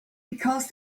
because